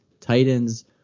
Titans